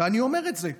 ואני אומר את זה.